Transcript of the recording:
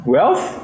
Wealth